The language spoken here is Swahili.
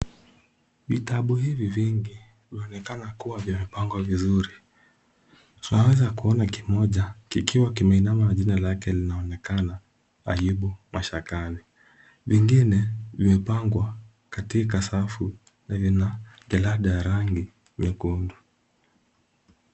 Vitabu hivi vingi vyaonekana kuwa vimepangwa vizuri. Twaweza kuona kimoja kikiwa kimeinama jina lake linaonekana Ayubu Mashakani. Vingine vimepangwa katika safu lenye jalada ya rangi nyekundu.